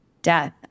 death